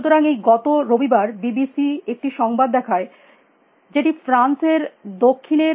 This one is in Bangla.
সুতরাং এই গত রবিবার বি বি সি একটি সংবাদ দেখায় যেটি ফ্রান্স এর দক্ষিণের